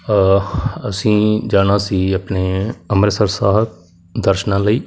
ਅਸੀਂ ਜਾਣਾ ਸੀ ਆਪਣੇ ਅੰਮ੍ਰਿਤਸਰ ਸਾਹਿਬ ਦਰਸ਼ਨਾਂ ਲਈ